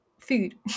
food